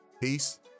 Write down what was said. Peace